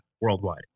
worldwide